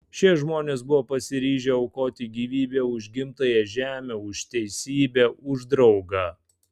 šie žmonės buvo pasiryžę aukoti gyvybę už gimtąją žemę už teisybę už draugą